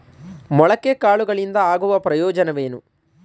ಮೊಳಕೆ ಕಾಳುಗಳಿಂದ ಆಗುವ ಪ್ರಯೋಜನವೇನು?